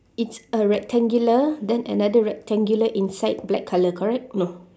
it's a rectangular then another rectangular inside black colour correct no